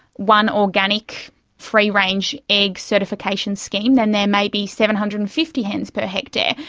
one organic free range egg certification scheme, then there may be seven hundred and fifty hens per hectare.